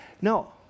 No